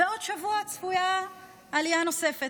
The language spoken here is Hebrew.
ובעוד שבוע צפויה עלייה נוספת.